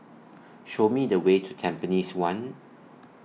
Show Me The Way to Tampines one